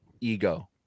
ego